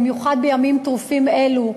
במיוחד בימים טרופים אלו,